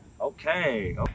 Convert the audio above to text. Okay